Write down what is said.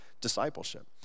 Discipleship